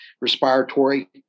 respiratory